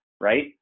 right